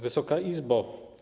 Wysoka Izbo!